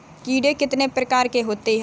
कीड़े कितने प्रकार के होते हैं?